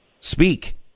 speak